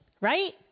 right